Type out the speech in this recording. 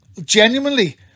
genuinely